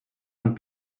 amb